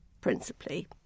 principally